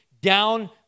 down